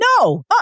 no